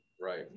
right